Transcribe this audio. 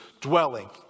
dwelling